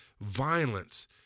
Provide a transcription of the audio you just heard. violence